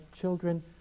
children